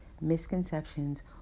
misconceptions